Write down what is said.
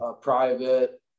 private